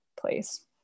place